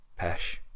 pesh